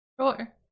Sure